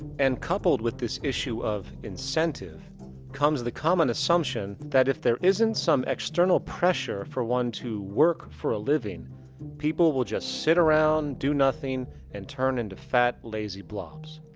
and coupled with this issue of incentive comes the common assumption that if there isn't some external pressure for one to work for a living people would just sit around, do nothing and turn into fat lazy blobs.